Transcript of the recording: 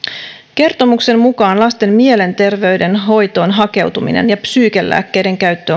kertomuksen mukaan lasten mielenterveyden hoitoon hakeutuminen ja psyykenlääkkeiden käyttö